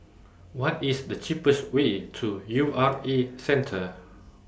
What IS The cheapest Way to U R A Centre